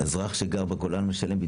אזרח שגר בגולן משלם,